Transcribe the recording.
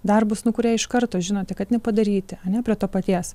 darbus nu kurie iš karto žinote kad nepadaryti anie prie to paties